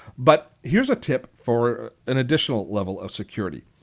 but here's a tip for an additional level of security.